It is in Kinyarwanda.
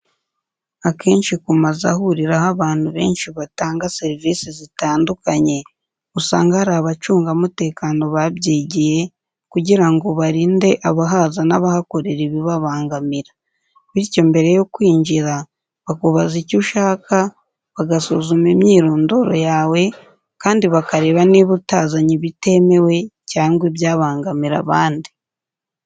Akenshi ku mazu ahuriraho abantu benshi batanga serivisi zitandukanye, usanga hari abacungamutekano babyigiye kugira ngo barinde abahaza n'abahakorera ibyababangamira. Bityo, mbere yo kwinjira, bakubaza icyo ushaka, bagasuzuma imyirondoro yawe, kandi bakareba niba utazanye ibitemewe cyangwa ibyabangamira abandi.